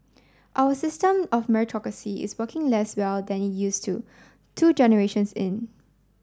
our system of meritocracy is working less well than it used to two generations in